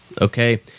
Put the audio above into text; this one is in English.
okay